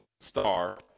star